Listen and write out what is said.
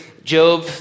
Job